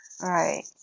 right